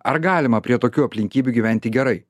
ar galima prie tokių aplinkybių gyventi gerai